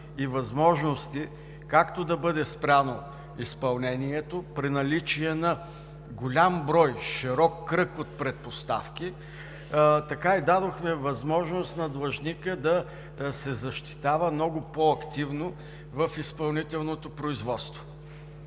и възможности, както да бъде спряно изпълнението при наличие на голям брой, широк кръг от предпоставки, така и дадохме възможност на длъжника да се защитава много по-активно в изпълнителното производство.